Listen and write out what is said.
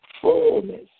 fullness